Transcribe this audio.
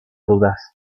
dudas